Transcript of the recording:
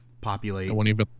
populate